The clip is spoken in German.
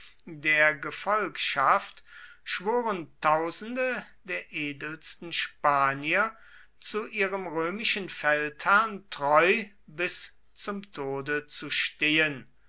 der gefolgschaft schworen tausende der edelsten spanier zu ihrem römischen feldherrn treu bis zum tode zu stehen